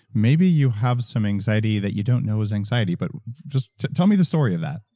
maybe you have some anxiety that you don't know is anxiety. but just tell me the story of that.